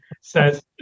says